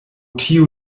tio